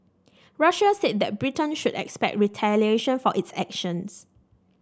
Russia said that Britain should expect retaliation for its actions